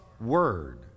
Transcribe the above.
Word